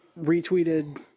retweeted